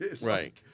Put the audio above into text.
Right